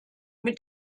mit